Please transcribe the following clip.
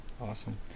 Awesome